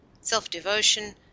self-devotion